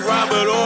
Robert